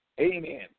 Amen